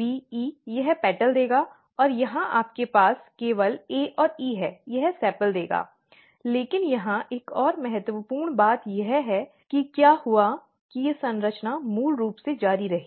B E यह petal देगा और यहाँ आपके पास केवल A और E है यह सेपल देगा लेकिन यहाँ एक और महत्वपूर्ण बात यह है कि क्या हुआ कि ये संरचना मूल रूप से जारी रही